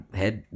head